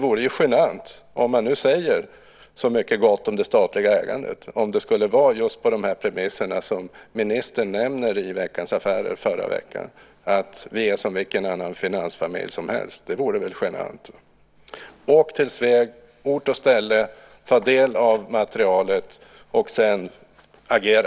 Om man nu säger så mycket gott om det statliga ägandet vore det ju genant om det skulle ske just på de premisser som ministern nämnde i Veckans Affärer förra veckan, nämligen att vi är som vilken annan finansfamilj som helst. Det vore väl genant? Åk till Sveg! Ta på ort och ställe del av materialet, och sedan: Agera!